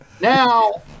Now